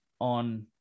on